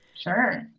Sure